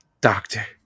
Doctor